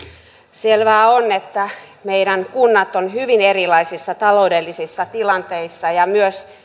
selvää on että meidän kunnat ovat hyvin erilaisissa taloudellisissa tilanteissa ja myös